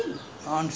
total